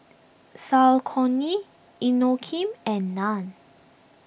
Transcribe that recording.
Saucony Inokim and Nan